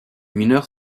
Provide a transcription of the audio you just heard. mineurs